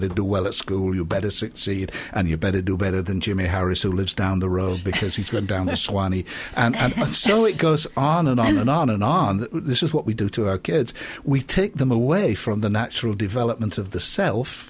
well at school you better succeed and you better do better than jimmy harris who lives down the road because he's going down a swami and so it goes on and on and on and on this is what we do to our kids we take them away from the natural development of the self